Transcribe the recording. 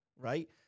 right